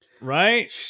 right